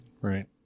Right